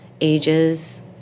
ages